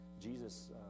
Jesus